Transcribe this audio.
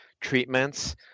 treatments